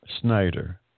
Snyder